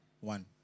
One